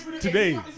today